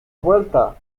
vuelta